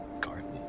garden